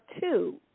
two